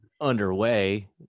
underway